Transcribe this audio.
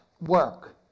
work